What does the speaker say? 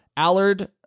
Allard